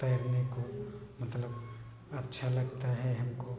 तैरने को मतलब अच्छा लगता है हमको